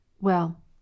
Well